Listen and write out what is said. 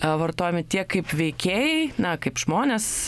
vartojami tiek kaip veikėjai na kaip žmonės